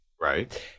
Right